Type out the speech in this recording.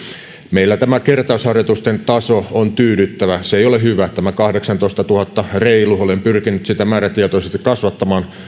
meillä tämä kertausharjoitusten taso on tyydyttävä tämä reilu kahdeksantoistatuhatta ei ole hyvä olen pyrkinyt sitä määrätietoisesti kasvattamaan